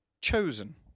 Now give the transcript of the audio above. chosen